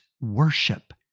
worship